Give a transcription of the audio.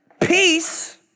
peace